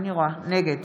נגד